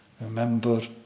Remember